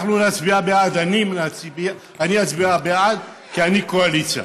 אנחנו נצביע בעד, אני אצביע בעד, כי אני קואליציה.